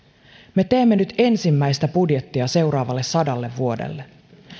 me teemme nyt ensimmäistä budjettia seuraavalle sadalle vuodelle